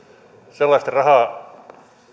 sellaista raha